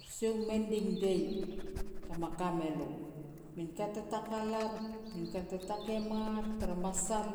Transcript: Sia u mending day tama ka me lo. Min ka te takal ar, min ka te takemar tara masal